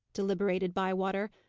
deliberated bywater.